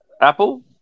Apple